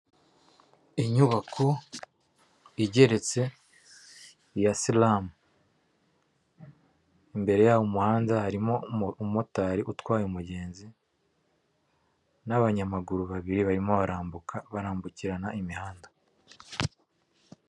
Inyubako igeretse iya isilamu, imbere yabo mu muhanda harimo umumotari utwaye umugenzi, n'abanyamaguru babiri barimo barambuka barambukirana imihanda.